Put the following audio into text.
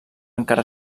encara